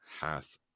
hath